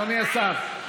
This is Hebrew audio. אדוני השר, אדוני השר.